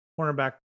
cornerback